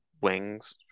wings